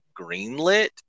greenlit